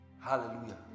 Hallelujah